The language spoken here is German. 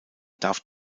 darf